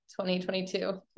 2022